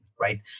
Right